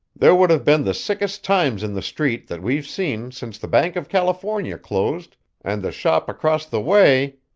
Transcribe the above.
there would have been the sickest times in the street that we've seen since the bank of california closed and the shop across the way,